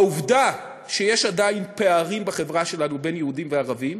העובדה שיש עדיין פערים בחברה שלנו בין יהודים לערבים,